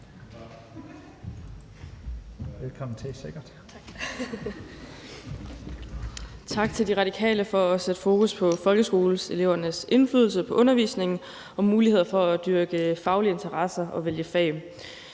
Andresen (LA): Tak. Tak til Radikale Venstre for at sætte fokus på folkeskoleelevernes indflydelse på undervisningen og muligheder for at dyrke faglige interesser og vælge fag.